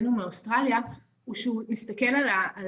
שהבאנו מאוסטרליה הוא שהוא מסתכל על ההוליסטיות,